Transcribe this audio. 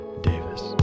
Davis